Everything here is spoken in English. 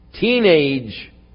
teenage